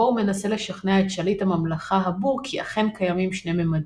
בו הוא מנסה לשכנע את שליט הממלכה הבור כי אכן קיימים שני ממדים,